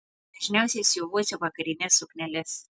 dažniausiai siuvuosi vakarines sukneles